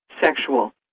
sexual